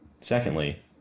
Secondly